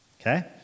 Okay